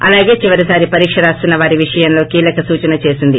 అలాగే చివరిసారి పరీక్ష రాస్తున్న వారి విషయంలో కీలక సూచన చేసింది